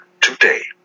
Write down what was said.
today